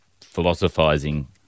philosophizing